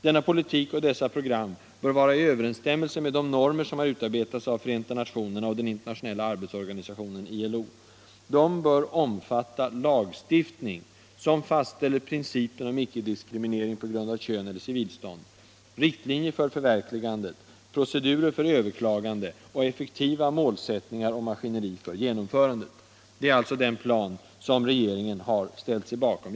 Denna politik och dess program bör vara I överenstämmelse med de normer som utarbetats av Förenta nationerna och den internationella arbetsorganisationen . De bör omfatta lagstiftning som fastställer principen om icke-diskriminering på grund av kön eller civilstånd, riktlinjer för förverkligandet, procedurer för överklagande och effektiva målsättningar och maskineri för genomförandet.” Detta är alltså en plan som regeringen har ställt sig bakom.